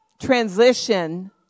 transition